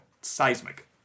seismic